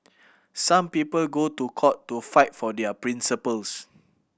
some people go to court to fight for their principles